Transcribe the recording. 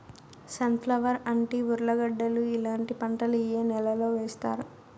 Sun flower, అంటి, ఉర్లగడ్డలు ఇలాంటి పంటలు ఏ నెలలో వేస్తారు?